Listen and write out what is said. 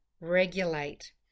regulate